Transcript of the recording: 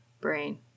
brain